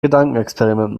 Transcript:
gedankenexperiment